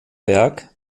werk